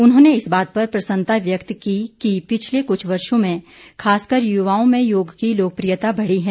उन्होंने इस बात पर प्रसन्नता व्यक्त की कि पिछले कुछ वर्षो में खासकर युवाओं में योग की लोकप्रियता बढ़ी है